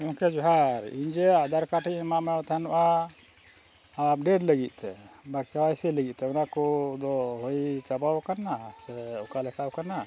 ᱜᱚᱢᱠᱮ ᱡᱚᱦᱟᱨ ᱤᱧ ᱡᱮ ᱟᱫᱷᱟᱨ ᱠᱟᱨᱰ ᱤᱧ ᱮᱢᱟᱢᱟ ᱛᱟᱦᱮᱱᱚᱜᱼᱟ ᱟᱯᱰᱮᱴ ᱞᱟᱹᱜᱤᱫ ᱛᱮ ᱵᱟ ᱠᱮ ᱚᱣᱟᱭ ᱥᱤ ᱞᱟᱹᱜᱤᱫ ᱛᱮ ᱚᱱᱟ ᱠᱚᱫᱚ ᱦᱩᱭ ᱪᱟᱵᱟ ᱟᱠᱟᱱᱟ ᱥᱮ ᱚᱠᱟ ᱞᱮᱠᱟ ᱟᱠᱟᱱᱟ